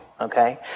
Okay